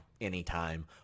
anytime